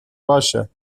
باشه